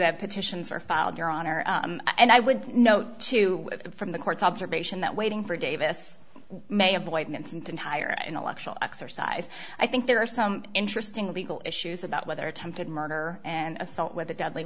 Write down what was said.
that petitions are filed your honor and i would know too from the court's observation that waiting for davis may avoid an instant entire intellectual exercise i think there are some interesting legal issues about whether attempted murder and assault with a deadly